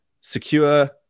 secure